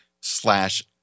slash